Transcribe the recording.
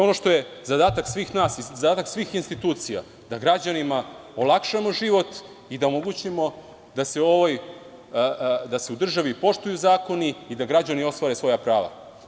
Ono što je zadatak svih nas i svih institucija je da građanima olakšamo život i da omogućimo da se u državi poštuju zakoni i da građani ostvare svoja prava.